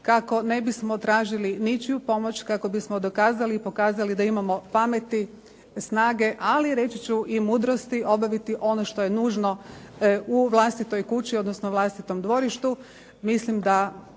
kako ne bismo tražili ničiju pomoć, kako bismo dokazali i pokazali da imamo pameti, snage, ali reći ću i mudrosti obaviti ono što je nužno u vlastitoj kući, odnosno vlastitom dvorištu. Mislim da